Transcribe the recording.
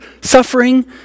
suffering